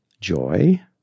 joy